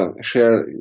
share